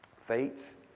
Faith